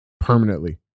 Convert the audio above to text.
permanently